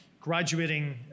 graduating